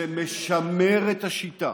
זה משמר את השיטה